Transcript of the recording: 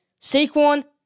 Saquon